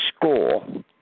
school